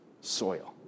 soil